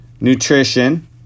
nutrition